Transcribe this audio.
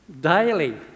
Daily